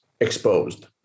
exposed